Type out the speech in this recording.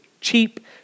cheap